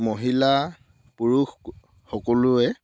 মহিলা পুৰুষ সকলোৱে